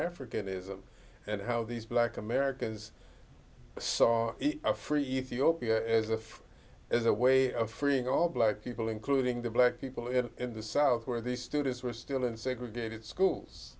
african ism and how these black americans saw a free ethiopia as a as a way of freeing all black people including the black people in the south where the students were still in segregated schools